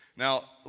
Now